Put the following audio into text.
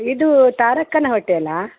ಇದು ತಾರಕ್ಕನ ಹೋಟೆಲ್ಲಾ